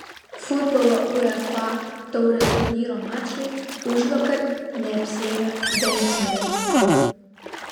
futbolo uefa taurės turnyro mačai užvakar neapsiėjo be incidentų